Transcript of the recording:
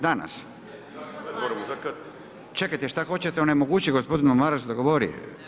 Danas. … [[Govornici govore u glas, ne razumije se.]] Čekajte, što hoćete onemogućiti gospodinu Marasu da govori?